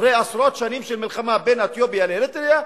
אחרי עשרות שנים של מלחמה בין אתיופיה לאריתריאה,